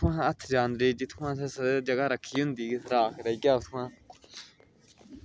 हून हत्थ जान देओ जित्थुआं जगह रक्खी दी होंदी सुराख रेही जा उत्थुआं